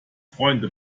freunde